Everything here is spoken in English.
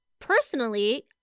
personally